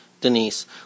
denise